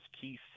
Keith